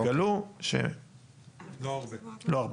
תגלו שלא הרבה.